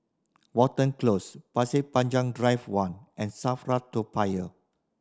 Watten Close Pasir Panjang Drive One and SAFRA Toa Payoh